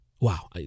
Wow